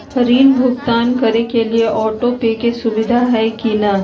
ऋण भुगतान करे के लिए ऑटोपे के सुविधा है की न?